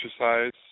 exercise